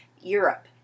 Europe